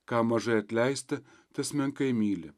ką mažai atleisti tas menkai myli